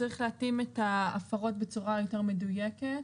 צריך להתאים את ההפרות בצורה יותר מדויקת.